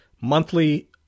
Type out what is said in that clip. monthly